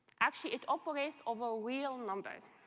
actually, it operates over real numbers.